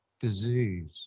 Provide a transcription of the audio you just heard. disease